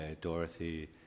Dorothy